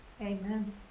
Amen